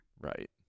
Right